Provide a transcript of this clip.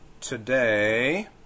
Today